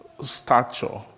stature